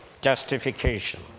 justification